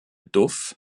duff